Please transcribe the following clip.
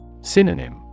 Synonym